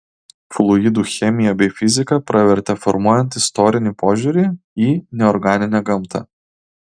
fluidų chemija bei fizika pravertė formuojant istorinį požiūrį į neorganinę gamtą